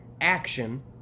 action